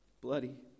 bloody